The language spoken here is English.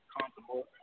comfortable